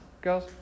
girls